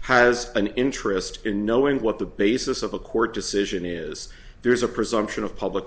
has an interest in knowing what the basis of a court decision is there is a presumption of public